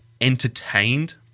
entertained